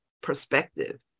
perspective